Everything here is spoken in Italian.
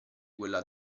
quella